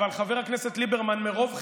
אני משקף את המציאות.